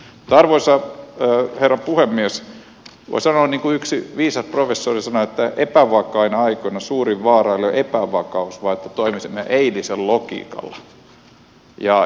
mutta arvoisa herra puhemies voi sanoa niin kuin yksi viisas professori sanoi että epävakaina aikoina suurin vaara ei ole epävakaus vaan se että toimisimme eilisen logiikalla